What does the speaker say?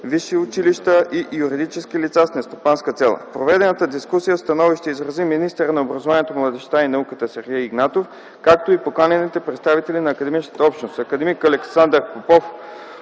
висши училища и юридически лица с нестопанска цел. В проведената дискусия становище изрази министърът на образованието, младежта и науката Сергей Игнатов, както и поканените представители на академичната общност: акад. Александър Попов